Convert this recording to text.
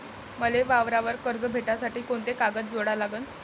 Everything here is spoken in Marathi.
मले वावरावर कर्ज भेटासाठी कोंते कागद जोडा लागन?